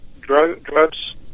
drugs